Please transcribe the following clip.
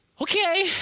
okay